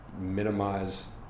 minimize